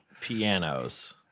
pianos